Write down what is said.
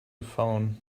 phone